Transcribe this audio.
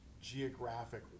geographic